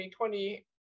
2020